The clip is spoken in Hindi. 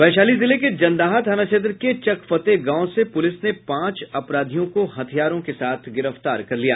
वैशाली जिले के जंदाहा थाना क्षेत्र के चकफतेह गांव से पुलिस ने पांच अपराधियों को हथियार के साथ गिरफ्तार कर लिया